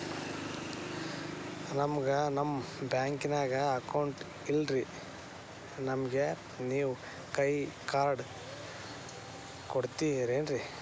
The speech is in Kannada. ನನ್ಗ ನಮ್ ಬ್ಯಾಂಕಿನ್ಯಾಗ ಅಕೌಂಟ್ ಇಲ್ರಿ, ನನ್ಗೆ ನೇವ್ ಕೈಯ ಕಾರ್ಡ್ ಕೊಡ್ತಿರೇನ್ರಿ?